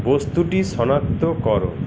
বস্তুটি শনাক্ত করো